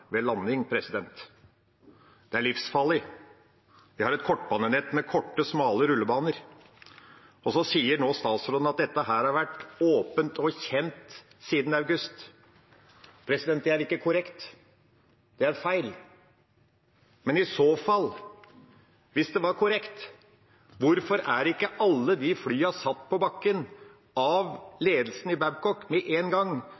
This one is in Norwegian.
ved landing. Det er livsfarlig. Vi har et kortbanenett med korte, smale rullebaner. Så sier statsråden nå at dette har vært åpent og kjent siden august. Det er ikke korrekt. Det er feil. Men i så fall, hvis det var korrekt, hvorfor er ikke alle de flyene satt på bakken av ledelsen i Babcock med en gang,